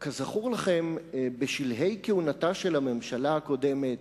כזכור לכם, בשלהי כהונתה של הממשלה הקודמת,